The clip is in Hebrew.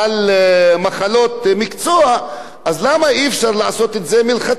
למה אי-אפשר לעשות את זה מלכתחילה ולקצוב את זה ל-35 שנה,